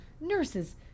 nurses